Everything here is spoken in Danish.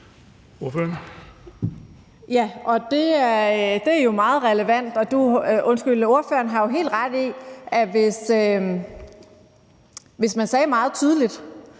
Det er jo meget relevant, og ordføreren har helt ret i, at hvis man sagde meget tydeligt,